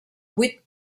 vuit